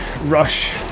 rush